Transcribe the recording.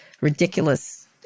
ridiculous –